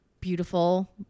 beautiful